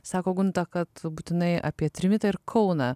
sako gunta kad būtinai apie trimitą ir kauną